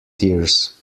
tears